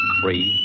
three